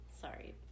Sorry